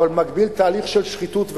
אבל במקביל תהליך של שחיתות,